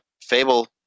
Fable